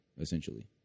essentially